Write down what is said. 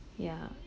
yeah